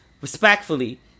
Respectfully